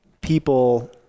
people